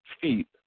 feet